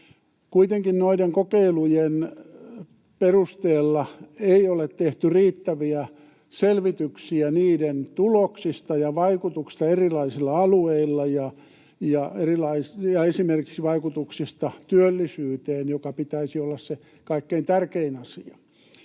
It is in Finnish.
Kuitenkin noiden kokeilujen perusteella ei ole tehty riittäviä selvityksiä niiden tuloksista ja vaikutuksesta erilaisilla alueilla ja esimerkiksi vaikutuksista työllisyyteen, jonka pitäisi olla se kaikkein tärkein asia.